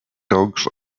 dogs